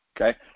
okay